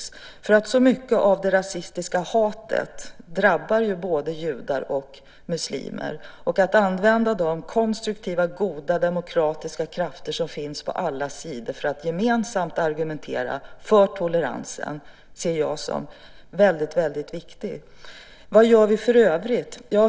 Så mycket av det rasistiska hatet drabbar både judar och muslimer, och att använda de konstruktiva, goda, demokratiska krafter som finns på alla sidor för att gemensamt argumentera för toleransen ser jag som väldigt viktigt. Vad gör vi för övrigt?